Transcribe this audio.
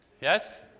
Yes